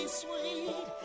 sweet